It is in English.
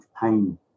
pain